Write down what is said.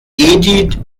edith